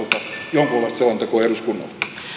vaatisi hallitukselta jonkunlaista selontekoa eduskunnalle